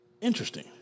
interesting